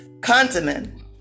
continent